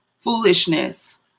foolishness